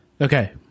Okay